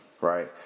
right